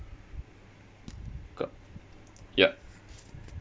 cut yup